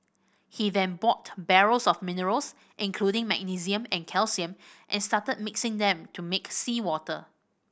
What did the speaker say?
he then bought barrels of minerals including magnesium and calcium and started mixing them to make seawater